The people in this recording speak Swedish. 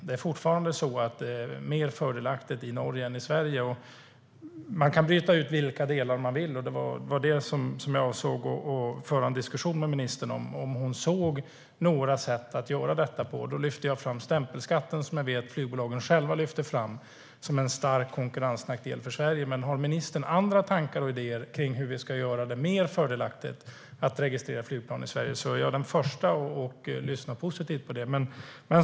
Det är fortfarande mer fördelaktigt i Norge än i Sverige. Man kan bryta ut vilka delar man vill, och det var det som jag avsåg att föra en diskussion med ministern om, alltså om hon ser några sätt att göra detta på. Då lyfte jag fram stämpelskatten, som jag vet att flygbolagen själva lyfter fram som en stark konkurrensnackdel för Sverige. Har ministern andra tankar och idéer kring hur vi ska göra det mer fördelaktigt att registrera flygplan i Sverige tycker jag att det är positivt.